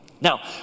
Now